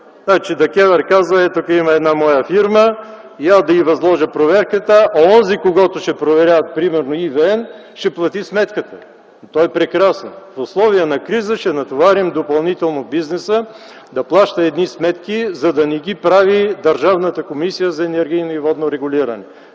Значи, ДКЕВР казва: ето, тук има една моя фирма, я да й възложа проверката, а онзи, когото ще проверяват, примерно ЕВН ще плати сметката. Това е прекрасно – в условия на криза ще натоварим допълнително бизнеса да плаща едни сметки, за да не ги прави Държавната комисия за енергийно и водно регулиране.